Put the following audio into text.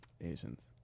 Asians